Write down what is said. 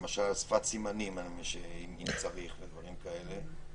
למשל שפת סימנים אם צריך ודברים כאלה.